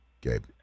Gabe